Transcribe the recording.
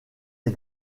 est